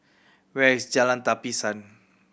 where is Jalan Tapisan